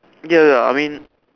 ya ya I mean